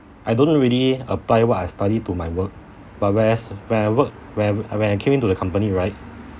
I don't really apply what I study to my work but whereas when I work when I when I came into the company right